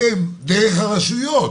אתם דרך הרשויות